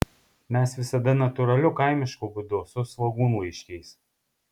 mes visada natūraliu kaimišku būdu su svogūnlaiškiais